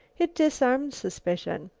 it disarmed suspicion.